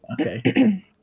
Okay